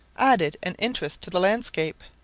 added an interest to the landscape.